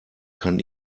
kann